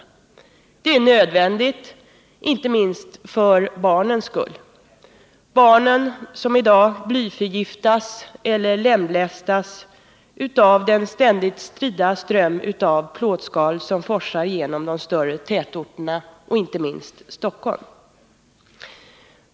En sådan minskning är nödvändig inte minst för barnens skull — barnen som i dag blyförgiftas eller lemlästas av den ständigt strida ström av plåtskal som forsar genom de större tätorterna och inte minst Stockholm.